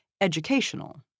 educational